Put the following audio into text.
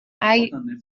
eigener